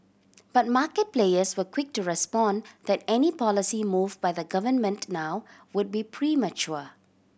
but market players were quick to respond that any policy move by the government now would be premature